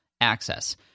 access